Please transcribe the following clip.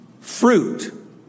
fruit